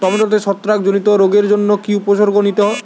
টমেটোতে ছত্রাক জনিত রোগের জন্য কি উপসর্গ নিতে হয়?